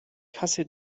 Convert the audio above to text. kasse